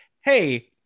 hey